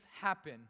happen